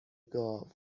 گاو